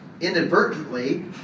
inadvertently